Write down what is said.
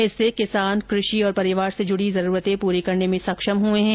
इससे किसान कृषि और परिवार से जुडी जरूरते पूरी करने में सक्षम हुए हैं